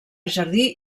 jardí